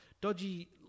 dodgy